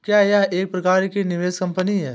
क्या यह एक प्रकार की निवेश कंपनी है?